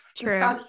True